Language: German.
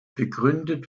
begründet